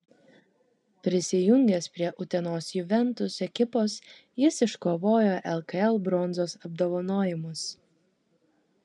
prisijungęs prie utenos juventus ekipos jis iškovojo lkl bronzos apdovanojimus